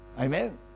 Amen